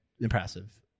impressive